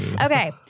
Okay